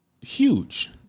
huge